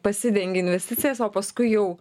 pasidengi investicijas o paskui jau